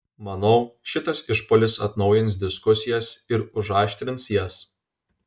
manau šitas išpuolis atnaujins diskusijas ir užaštrins jas